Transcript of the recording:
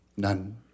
None